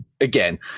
again